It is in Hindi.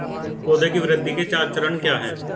पौधे की वृद्धि के चार चरण क्या हैं?